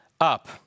up